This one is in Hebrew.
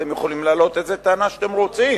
אתם יכולים להעלות איזו טענה שאתם רוצים,